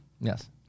yes